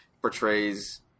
Portrays